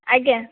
ଆଜ୍ଞା